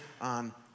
on